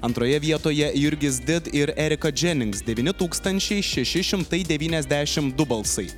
antroje vietoje jurgis did ir erika dženinks devyni tūkstančiai šeši šimtai devyniasdešimt du balsai